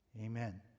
amen